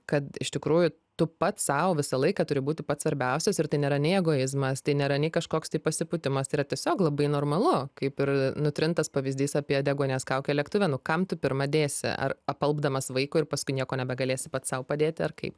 kad iš tikrųjų tu pats sau visą laiką turi būti pats svarbiausias ir tai nėra nei egoizmas tai nėra nei kažkoks tai pasipūtimas tai yra tiesiog labai normalu kaip ir nutrintas pavyzdys apie deguonies kaukę lėktuve nu kam tu pirma dėsi ar apalpdamas vaikui ir paskui nieko nebegalėsi pats sau padėti ar kaip